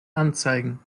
anzeigen